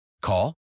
call